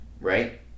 Right